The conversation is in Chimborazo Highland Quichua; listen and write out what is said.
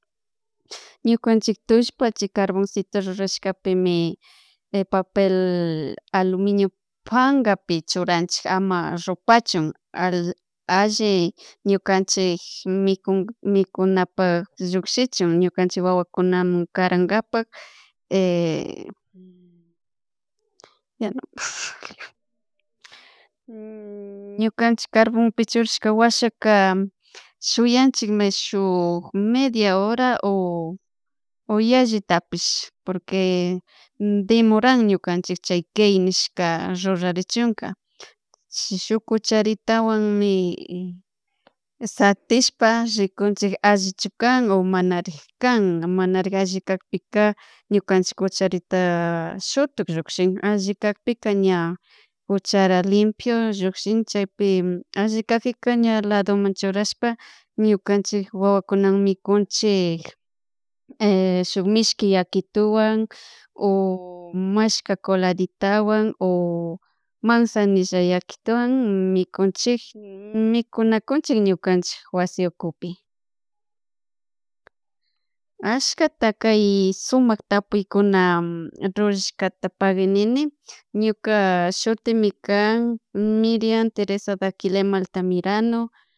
Ñukanchik tullpa chay carboncito rurashkapimi papel aluminio pankapi churanchik ama rupachun alli ñukanchik mikun mikunapak llukshichun ñukanchik wawakunamun karankapak ñukanchik carbonpi churashka washaka shuyanchik skun media hora o o yallitapish porque demoran ñukanchik chay key nishka rurarichunka shuk kucharitawanmi satishpa rikunchik allichu can o manarik kan manrik alli kakpika ñukanchik cucharita shutuk llukshin alli kakpika ña cuchara limpio llukshin chaypi alli kakpica ña lado churashpa ñukanchik wawakunawan mikuchik shuk mishki yakituwan o mashka coladitawan o manzanilla yakituwan mikunchik mikunakunchik ñukanchik wasi ukupi, ashkata kay sumak tapuykuna rurrashkata paki nini ñuka shitimi kan Mirian Teresa Daquilema Altamirano